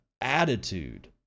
attitude